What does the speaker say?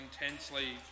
intensely